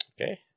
Okay